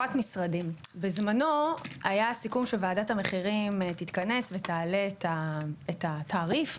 בזמנו היה סיכום שוועדת המחירים תתכנס ותעלה את התעריף.